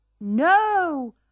No